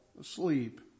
asleep